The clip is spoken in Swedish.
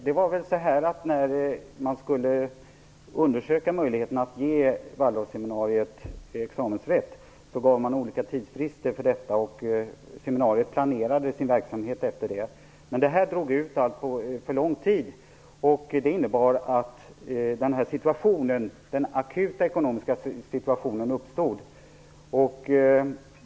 Herr talman! När man skulle undersöka möjligheten att ge Waldorfseminariet examensrätt, gavs olika tidsfrister för detta. Seminariet planerade sin verksamhet efter detta. Men det tog för lång tid, vilket innebar att en akut situationen uppstod när det gällde ekonomin.